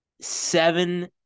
Seven